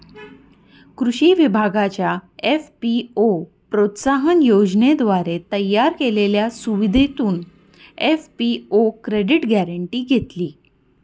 कृषी विभागाच्या एफ.पी.ओ प्रोत्साहन योजनेद्वारे तयार केलेल्या सुविधेतून एफ.पी.ओ क्रेडिट गॅरेंटी घेतली